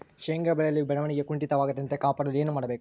ಶೇಂಗಾ ಬೆಳೆಯಲ್ಲಿ ಬೆಳವಣಿಗೆ ಕುಂಠಿತವಾಗದಂತೆ ಕಾಪಾಡಲು ಏನು ಮಾಡಬೇಕು?